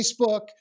Facebook